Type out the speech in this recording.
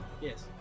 Yes